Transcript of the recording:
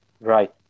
Right